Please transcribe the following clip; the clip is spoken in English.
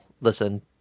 listen